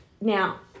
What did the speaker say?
now